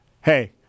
hey